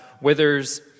withers